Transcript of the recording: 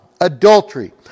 adultery